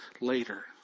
later